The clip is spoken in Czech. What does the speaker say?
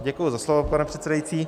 Děkuji za slovo, pane předsedající.